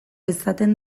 izaten